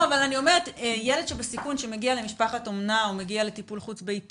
אבל ילד בסיכון שמגיע למשפחת אומנה או מגיע